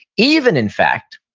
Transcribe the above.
even, in fact,